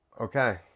Okay